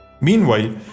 meanwhile